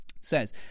says